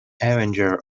avenger